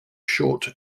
short